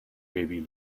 baby